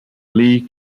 lee